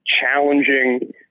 challenging